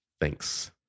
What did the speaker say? Thanks